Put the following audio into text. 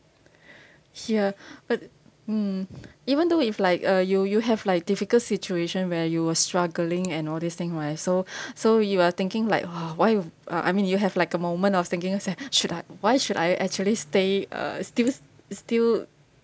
ya but mm even though if like uh you you have like difficult situation where you were struggling and all this thing right so so you are thinking like why you uh I I mean you have like a moment of thinking that say should I why should I actually stay uh still s~ still